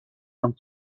lance